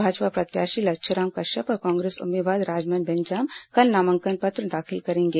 भाजपा प्रत्याशी लच्छूराम कश्यप और कांग्रेस उम्मीदवार राजमन बेंजाम कल नामांकन पत्र दाखिल करेंगे